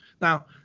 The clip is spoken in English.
Now